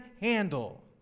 handle